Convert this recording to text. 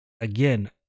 Again